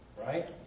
Right